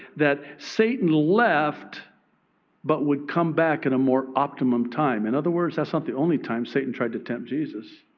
that satan left but would come back in a more optimum time. in other words, that's not the only time satan tried to tempt jesus.